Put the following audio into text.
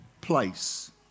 place